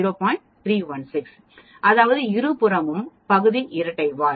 316 அதாவது இருபுறமும் பகுதி இரட்டை வால்